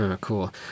Cool